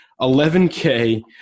11K